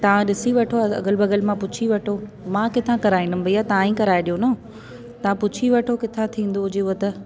तव्हां ॾिसी वठो अॻल बॻल मां पुछी वठो मां किथां कराईंदमि भईया तव्हां ई कराइ ॾियो न तव्हां पुछी वठो किथां थींदो हुजेव त